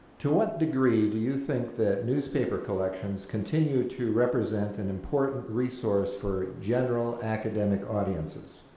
to what degree do you think that newspaper collections continue to represent an important resource for general academic audiences?